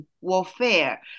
warfare